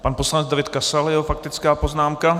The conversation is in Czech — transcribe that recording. Pan poslanec David Kasal a jeho faktická poznámka.